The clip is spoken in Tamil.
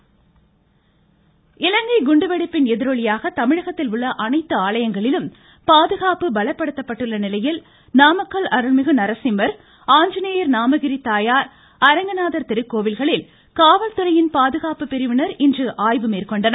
கோவில் பாதுகாப்பு பணிகள் இலங்கை குண்டுவெடிப்பின் எதிரொலியாக தமிழகத்தில் உள்ள அனைத்து ஆலயங்களிலும் பாதுகாப்பு பலப்படுத்தப்பட்டுள்ள நிலையில் நாமக்கல் அருள்மிகு நரசிம்மர் ஆஞ்சநேயர் நாமகிரி தாயார் அரங்கநாதர் திருக்கோவில்களில் காவல்துறையின் பாதுகாப்பு பிரிவினர் இன்று ஆய்வு மேற்கொண்டனர்